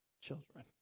children